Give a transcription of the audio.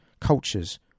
cultures